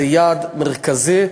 זה יעד מרכזי,